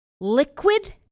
liquid